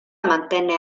mantenne